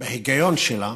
בהיגיון שלה,